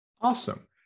Awesome